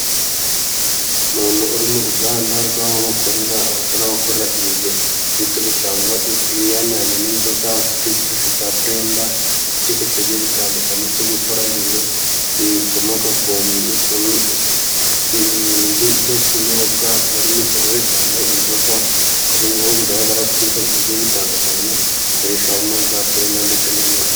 Umuntu uri mu ruganda rw'aho bakorerasa n'abakora ibi mitobe cyangwa ibianiranye n'inzoga, bafite ibikoresho bya purenda nibindi bitandukanye byo gukora ibintu bikomoka ku ibintu byo kunyobwa, kabarimotomowe cyangwa inzoga ku ngu bigaragara bafite ibikoresho bi bitandukanye bikoreshwa harimo za purima ndetse n'ibindi.